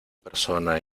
persona